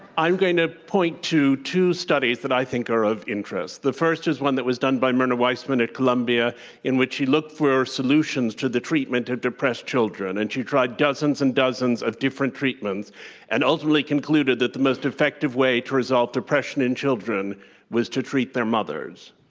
i'm going to point to two studies that i think are of interest. the first is one that was done by myrna weissman at columbia in which she looked for solutions to the treatment of depressed children, and she tried dozens and dozens of different treatments and ultimately conclude that the most effective way to resolve depression in children was to treat their mothers.